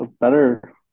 better